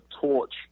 torch